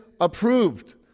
approved